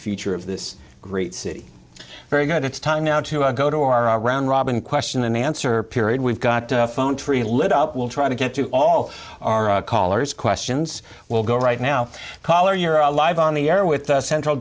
ature of this great city very good it's time now to go to our round robin question and answer period we've got a phone tree lit up we'll try to get to all our callers questions we'll go right now collar you're a live on the air with the central